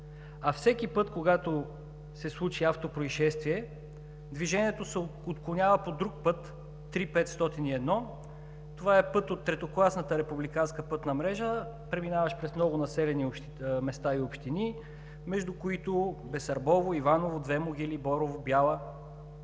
А всеки път, когато се случи автопроизшествие, движението се отклонява по друг път – III-501. Това е път от третокласната републиканска пътна мрежа, преминаващ през много населени места и общини, между които Басарбово, Иваново, Две могили, Борово, Бяла.